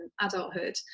adulthood